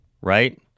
Right